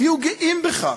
תהיו גאים בכך.